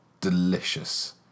delicious